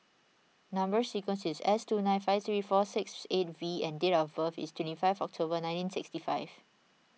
Number Sequence is S two nine five three four six eight V and date of birth is twenty five October nineteen sixty five